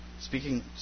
speaking